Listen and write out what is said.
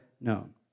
known